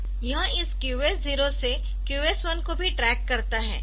यह इस QS0 से QS1 को भी ट्रैक करता है